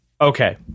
Okay